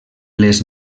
les